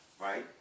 right